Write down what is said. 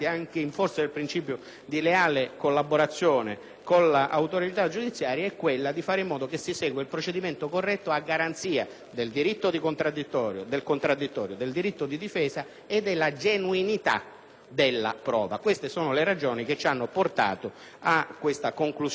con l'autorità giudiziaria, tende a far sì che si segua il procedimento corretto, a garanzia del diritto del contraddittorio, del diritto di difesa e della genuinità della prova. Queste le ragioni che ci hanno portato a tale conclusione, pressoché unanime, in Giunta.